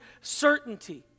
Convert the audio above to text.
certainty